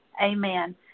amen